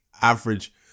average